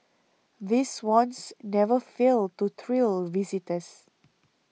these swans never fail to thrill visitors